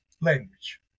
language